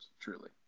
truly